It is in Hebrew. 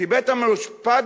כי בית-המשפט,